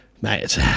mate